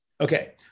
Okay